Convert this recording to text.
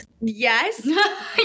Yes